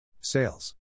sales